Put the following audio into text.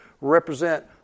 represent